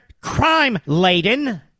crime-laden